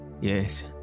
yes